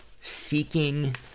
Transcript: seeking